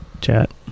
chat